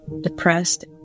depressed